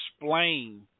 explain